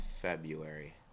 February